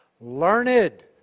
Learned